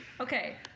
Okay